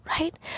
right